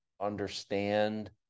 understand